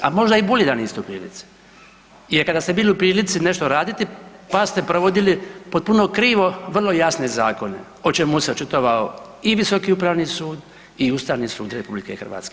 A možda je i bolje da niste u prilici jer kada ste bili u prilici nešto raditi, pa ste provodili potpuno krivo vrlo jasne zakone, o čemu se očitovao i visoki upravni sud i Ustavni sud RH.